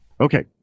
Okay